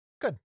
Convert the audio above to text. Good